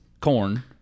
corn